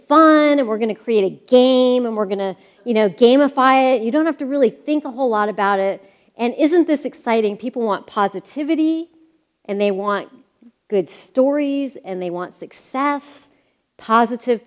fun and we're going to create a game and we're going to you know game a fiat you don't have to really think a whole lot about it and isn't this exciting people want positivity and they want good stories and they want success positive